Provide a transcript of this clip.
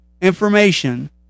information